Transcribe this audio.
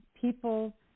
People